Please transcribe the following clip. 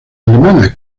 alemana